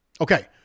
Okay